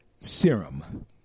serum